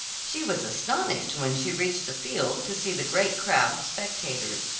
she was astonished when she reached the field to see the great crowd of spectators.